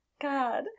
God